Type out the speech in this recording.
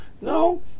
No